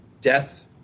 death